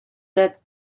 that